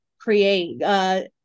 create